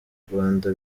rwanda